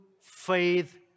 faith